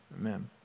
Amen